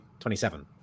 27